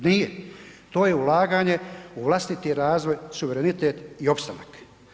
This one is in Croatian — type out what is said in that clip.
Nije, to je ulaganje u vlastiti razvoj, suverenitet i opstanak.